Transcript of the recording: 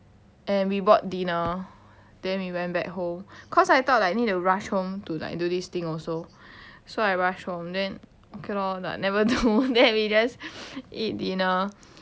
and we bought dinner then we went back home cause I thought like need to rush home to like do this thing also so I rushed home then ok lor never do then we just ate dinner